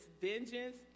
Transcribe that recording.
vengeance